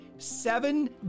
seven